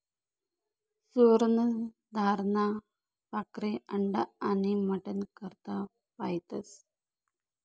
सुवर्ण धाराना पाखरे अंडा आनी मटन करता पायतस